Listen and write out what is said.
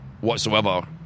whatsoever